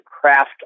craft